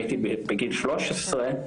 הייתי בגיל 13,